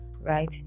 right